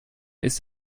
ist